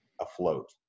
afloat